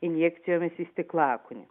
injekcijomis į stiklakūnį